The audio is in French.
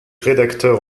rédacteur